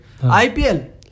IPL